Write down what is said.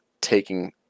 taking